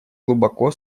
глубоко